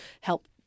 help